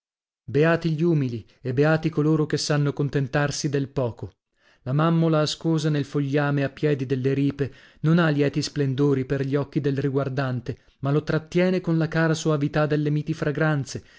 beati gli umili e beati coloro che sanno contentarsi del poco la mammola ascosa nel fogliame a piedi delle ripe non ha lieti splendori per gli occhi del riguardante ma lo trattiene con la cara soavità delle miti fragranze